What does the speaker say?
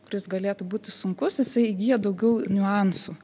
kuris galėtų būti sunkus jisai įgyja daugiau niuansų